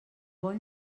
bon